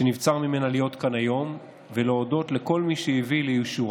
שנבצר ממנה להיות כאן היום ולהודות לכל מי שהביא לאישורה: